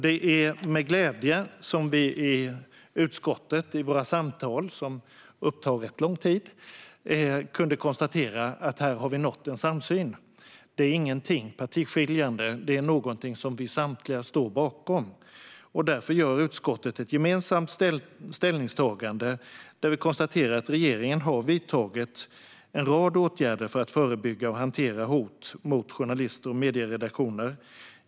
Det är med glädje som vi har kunnat konstatera att vi i våra samtal i utskottet har nått en samsyn. Detta är ingenting partiskiljande, utan det är någonting som vi samtliga står bakom. Därför gör utskottet ett gemensamt ställningstagande där vi konstaterar att regeringen har vidtagit en rad åtgärder för att förebygga och hantera hot mot journalister och medieredaktioner.